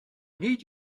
need